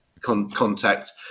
contact